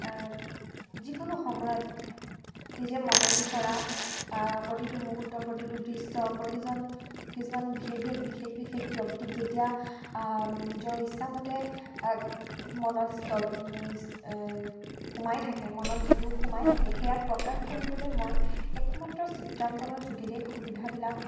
যিকোনো সময়ত নিজে মনে বিচৰা প্ৰতিটো মুহূৰ্ত প্ৰতিটো দৃশ্য প্ৰতিজন কিছুমান বিশেষ বিশেষ বিশেষ বিশেষ ব্যক্তিক যেতিয়া নিজৰ ইচ্ছামতে মনত সোমাই থাকে মনত যিটো সোমাই থাকে সেয়া প্ৰকাশ কৰিবলৈ মই একমাত্ৰ চিত্ৰাংকণৰ যোগেদেিয়েই সুবিধাবিলাক